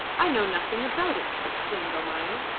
i know nothing about it, exclaimed almayer.